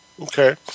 Okay